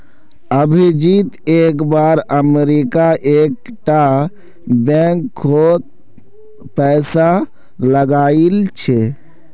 अभिजीत एक बार अमरीका एक टा बैंक कोत पैसा लगाइल छे